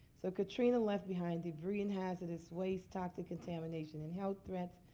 so katrina left behind debris and hazardous waste, toxic contamination and health threats.